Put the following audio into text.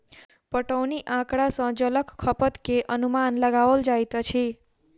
पटौनी आँकड़ा सॅ जलक खपत के अनुमान लगाओल जाइत अछि